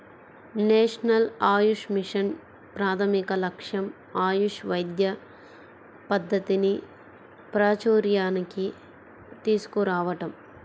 national AYUSH mission ప్రాథమిక లక్ష్యం ఆయుష్ వైద్య పద్ధతిని ప్రాచూర్యానికి తీసుకురావటం